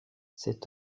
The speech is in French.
cet